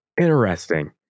interesting